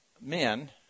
men